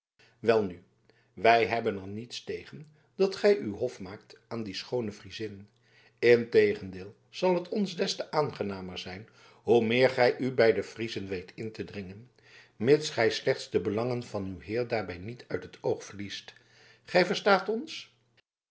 welnu wij hebben er niets tegen dat gij uw hof maakt aan die schoone friezin integendeel zal het ons des te aangenamer zijn hoe meer gij u bij de friezen weet in te dringen mits gij slechts de belangen van uw heer daarbij niet uit het oog verliest gij verstaat ons